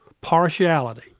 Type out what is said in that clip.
partiality